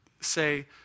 say